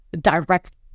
direct